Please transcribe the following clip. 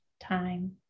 time